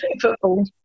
football